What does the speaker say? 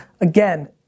Again